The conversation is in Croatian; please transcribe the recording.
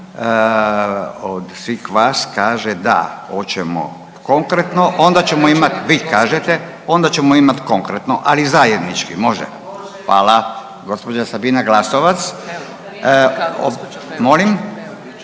od svih vas kaže da oćemo konkretno onda ćemo imat, vi kažete, onda ćemo imat konkretno, ali zajednički, može? …/Upadica iz klupe: Može/….